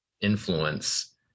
influence